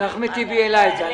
כן, אחמד טיבי העלה את זה.